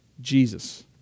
Jesus